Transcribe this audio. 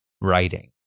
writing